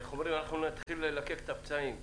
כשאנחנו נתחיל ללקק את הפצעים,